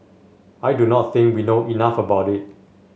I do not think we know enough about it